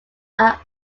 are